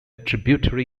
tributary